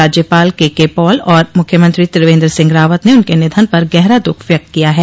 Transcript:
राज्यपाल केके पॉल और मुख्यमंत्री त्रिवेंद्र सिंह रावत ने उनके निधन पर गहरा दूःख व्यक्त किया है